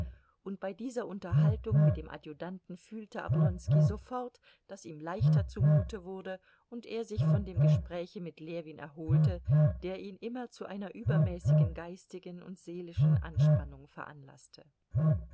und bei dieser unterhaltung mit dem adjutanten fühlte oblonski sofort daß ihm leichter zumute wurde und er sich von dem gespräche mit ljewin erholte der ihn immer zu einer übermäßigen geistigen und seelischen anspannung veranlaßte